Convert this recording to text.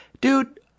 dude